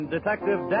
Detective